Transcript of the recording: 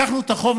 לקחנו את החוב,